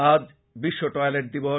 আজ বিশ্ব টয়লেট দিবস